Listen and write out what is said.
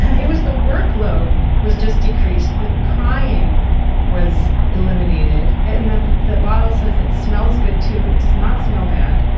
it was, the work load was just decreased. the crying was eliminated in the the bottle. says it smells good, too. it does not smell bad.